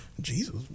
Jesus